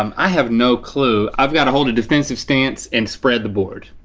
um i have no clue. i've gotta hold a defensive stance and spread the board.